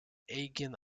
aegean